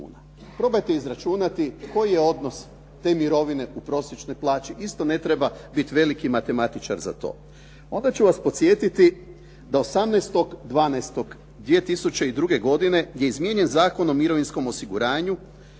Probajte izračunati koji je odnos te mirovine u prosječnoj plaći, isto ne treba biti veliki matematičar za to. Onda ću vas podsjetiti da 18. 12. 2002. godine je izmijenjen Zakon o mirovinskom osiguranju